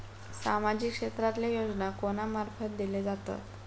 सामाजिक क्षेत्रांतले योजना कोणा मार्फत दिले जातत?